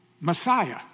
Messiah